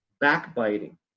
backbiting